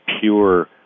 pure